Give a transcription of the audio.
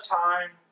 time